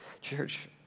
Church